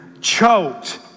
choked